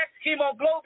hemoglobin